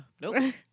Nope